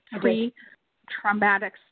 pre-traumatic